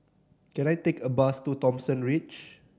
can I take a bus to Thomson Ridge